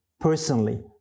personally